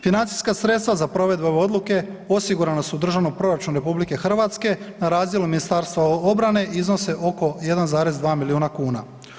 Financijska sredstva za provedbu ove odluke osigurana u državnom proračunu RH na razdjelu Ministarstva obrane iznose oko 1,2 milijuna kuna.